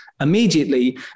immediately